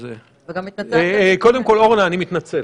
וגם התנצלת --- קודם כל, אורנה, אני מתנצל.